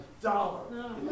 dollar